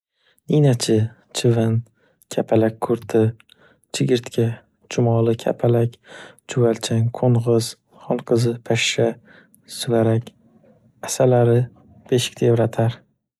Ninachi, chivin, kapalak kurti, chigirtka, chumoli, kapalak, chuvalchang, qo'ng'iz, xonqizi, pashsha, suvarak, asalari, beshiktevratar.